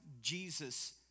Jesus